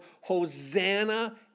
Hosanna